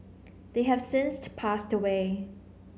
they have since passed away